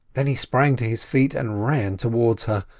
then he sprang to his feet and ran towards her.